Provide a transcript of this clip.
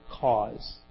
cause